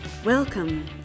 Welcome